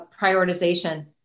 prioritization